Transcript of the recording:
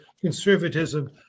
conservatism